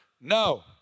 No